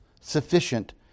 sufficient